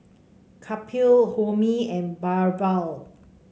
Kapil Homi and BirbaL